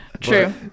True